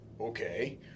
Okay